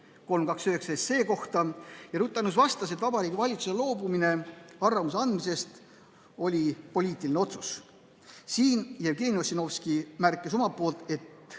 309 kohta. Ruth Annus vastas, et Vabariigi Valitsuse loobumine arvamuse andmisest oli poliitiline otsus. Jevgeni Ossinovski märkis omalt poolt, et